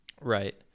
right